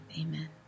Amen